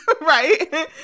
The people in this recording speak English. Right